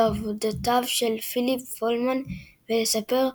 לעבודותיו של פיליפ פולמן ולספר "מיו,